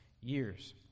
years